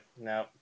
No